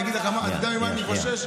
אתה יודע ממה אני חושש?